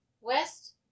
west